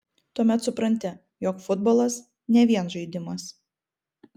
tuomet supranti jog futbolas ne vien žaidimas